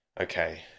okay